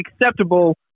acceptable